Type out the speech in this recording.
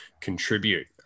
contribute